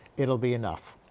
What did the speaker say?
it will be enough.